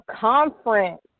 conference